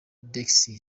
dixie